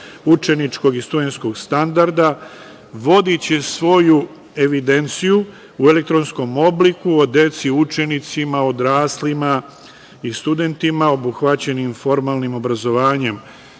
učeničkog i studenskog standarda vodiće svoju evidenciju u elektronskom obliku o deci, učenicima, odraslima i studentima obuhvaćenim formalnim obrazovanjem,